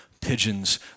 pigeons